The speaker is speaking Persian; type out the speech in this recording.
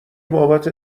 بابت